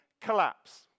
collapse